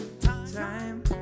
time